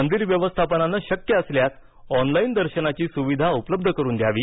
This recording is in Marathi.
मंदिर व्यवस्थापनानं शक्य असल्यास ऑनलाईन दर्शनाची सुविधा उपलब्ध करुन द्यावी